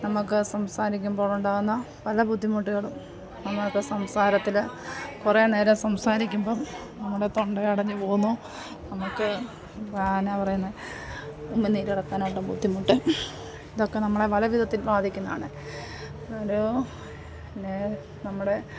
നമുക്ക് സംസാരിക്കുമ്പോഴുണ്ടാകുന്ന പല ബുദ്ധിമുട്ടുകളും നമ്മൾക്ക് സംസാരത്തിൽ കുറേ നേരം സംസാരിക്കുമ്പം നമ്മുടെ തൊണ്ടയടഞ്ഞ് പോകുന്നു നമുക്ക് എന്നാ പറയുന്നത് ഉമിനീരിറക്കാനുള്ള ബുദ്ധിമുട്ട് ഇതൊക്കെ നമ്മളെ പലവിധത്തിൽ ബാധിക്കുന്നതാണ് ഒരു പിന്നെ നമ്മുടെ